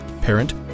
parent